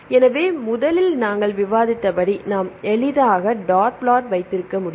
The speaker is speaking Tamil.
எனவே முதலில் நாங்கள் விவாதித்தபடி நாம் எளிதாக டாட் பிளாட் வைத்திருக்க முடியும்